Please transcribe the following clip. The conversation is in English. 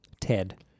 Ted